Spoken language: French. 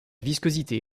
viscosité